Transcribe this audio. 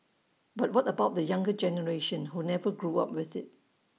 but what about the younger generation who never grew up with IT